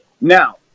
now